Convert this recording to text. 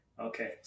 okay